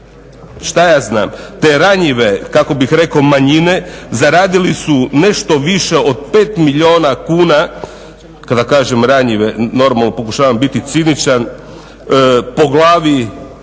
šta ja znam, te ranjive, kako bih rekao manjine zaradili su nešto više od 5 milijuna kuna, kada kažem ranjive, normalno pokušavam biti ciničan po glavi